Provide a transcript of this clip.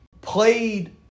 played